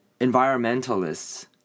environmentalists